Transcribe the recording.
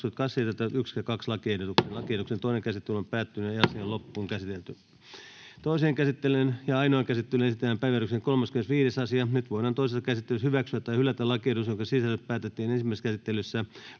pyyntilupamaksusta annetun lain 1 §:n muuttamisesta Time: N/A Content: Toiseen käsittelyyn ja ainoaan käsittelyyn esitellään päiväjärjestyksen 35. asia. Nyt voidaan toisessa käsittelyssä hyväksyä tai hylätä lakiehdotus, jonka sisällöstä päätettiin ensimmäisessä käsittelyssä.